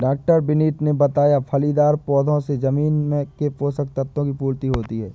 डॉ विनीत ने बताया फलीदार पौधों से जमीन के पोशक तत्व की पूर्ति होती है